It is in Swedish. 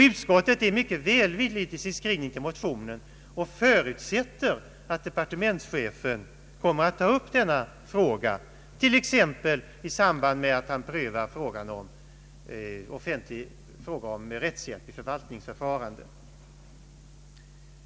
Utskottet är mycket välvilligt till motionen i sin skrivning och förutsätter att departementschefen kommer att ta upp denna fråga, t.ex. i samband med att han prövar frågan om rättshjälp i förvaltningsförfaranden.